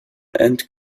and